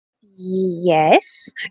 Yes